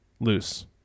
loose